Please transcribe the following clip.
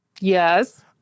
Yes